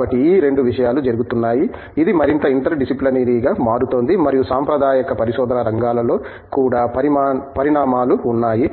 కాబట్టి ఈ 2 విషయాలు జరుగుతున్నాయి ఇది మరింత ఇంటర్ డిసిప్లినరీగా మారుతోంది మరియు సాంప్రదాయిక పరిశోధన రంగాలలో కూడా పరిణామాలు ఉన్నాయి